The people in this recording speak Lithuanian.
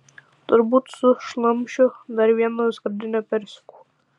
turbūt sušlamšiu dar vieną skardinę persikų